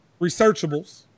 researchables